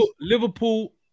Liverpool